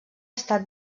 estat